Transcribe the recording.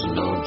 no